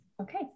Okay